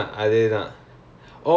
or like concept